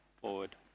forward